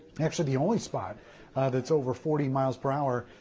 actually the only spot that's over forty miles per hour.